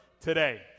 today